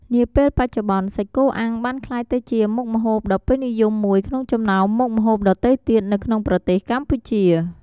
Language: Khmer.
នាពេលបច្ចុប្បន្នសាច់គោអាំងបានក្លាយទៅជាមុខម្ហូបដ៏ពេញនិយមមួយក្នុងចំណោមមុខម្ហូបដទៃទៀតនៅក្នុងប្រទេសកម្ពុជា។